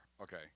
Okay